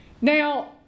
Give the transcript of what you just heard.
Now